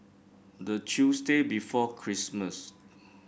the Tuesday before Christmas